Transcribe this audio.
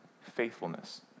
faithfulness